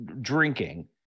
drinking